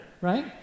right